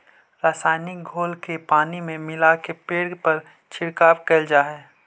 रसायनिक घोल के पानी में मिलाके पेड़ पर छिड़काव कैल जा हई